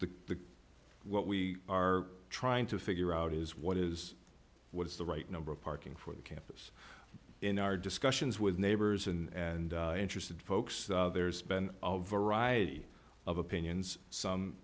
so the what we are trying to figure out is what is what is the right number of parking for the campus in our discussions with neighbors and interested folks there's been variety of opinions some